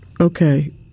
Okay